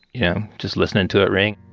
yeah just listening to it ring